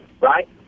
right